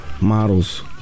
models